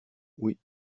oui